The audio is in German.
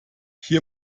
hier